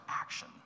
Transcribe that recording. action